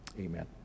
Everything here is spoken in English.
Amen